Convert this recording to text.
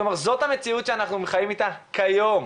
זאת המציאות שאנחנו חיים אתה כיום.